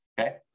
Okay